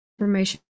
information